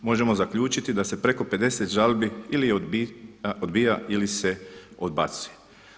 Možemo zaključiti da se preko 50 žalbi ili se odbija ili se odbacuje.